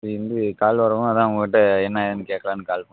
அதை வந்து கால் வரவும் அதுதான் உங்கள் கிட்டே என்ன ஏதுன்னு கேட்கலான்னு கால் பண்ணிணேன்